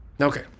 Okay